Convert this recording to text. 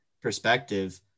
perspective